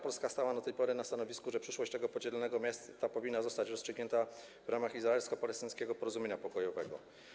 Polska stała do tej pory na stanowisku, że przyszłość tego podzielonego miasta powinna zostać rozstrzygnięta w ramach izraelsko-palestyńskiego porozumienia pokojowego.